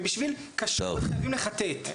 ובשביל כשרות חייבים לחטט.